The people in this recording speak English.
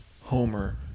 Homer